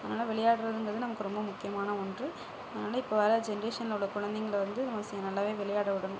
அதனால விளையாட்றதுங்கிறது நமக்கு ரொம்ப முக்கியமான ஒன்று அதனால இப்போ வர ஜென்ரேஷனில் உள்ள குழந்தைங்களை வந்து நம்ம செ நல்லாவே விளையாட விடணும்